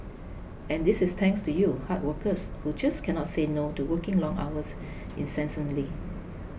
and this is thanks to you hard workers who just cannot say no to working long hours incessantly